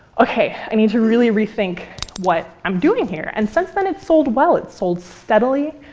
ok, i need to really rethink what i'm doing here. and since then, it's sold well. it's sold steadily.